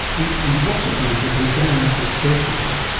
and and you've also found that with bariatric surgery,